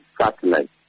satellite